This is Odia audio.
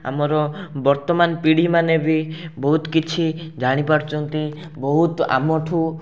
ଆମର ବର୍ତ୍ତମାନ ପିଢ଼ିମାନେ ବି ବହୁତ କିଛି ଜାଣି ପାରୁଛନ୍ତି ବହୁତ ଆମଠୁ